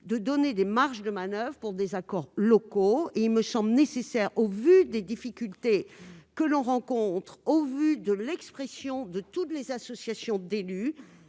de donner des marges de manoeuvre pour des accords locaux. Il me semble nécessaire, au vu des difficultés rencontrées et des remontées de toutes les associations d'élus,